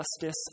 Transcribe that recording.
justice